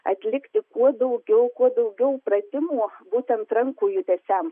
atlikti kuo daugiau kuo daugiau pratimų būtent rankų judesiam